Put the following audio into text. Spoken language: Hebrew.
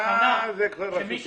מה זה כבר רשות שידור?